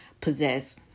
possess